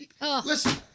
Listen